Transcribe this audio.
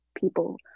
people